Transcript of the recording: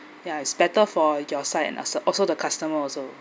ya it's better for your side and also the customer also